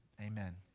Amen